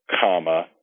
comma